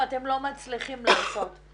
אני הולכת לממשלה הזאת שהורסת לי את הבית,